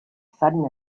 sudden